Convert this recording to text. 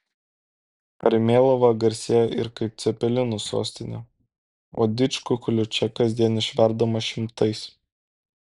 karmėlava garsėja ir kaip cepelinų sostinė o didžkukulių čia kasdien išverdama šimtais